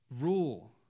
rule